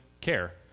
care